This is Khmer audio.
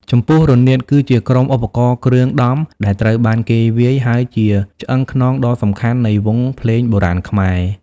ចំពោះរនាត គឺជាក្រុមឧបករណ៍គ្រឿងដំដែលត្រូវបានគេវាយ ហើយជាឆ្អឹងខ្នងដ៏សំខាន់នៃវង់ភ្លេងបុរាណខ្មែរ។